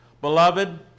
beloved